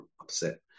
upset